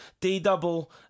D-Double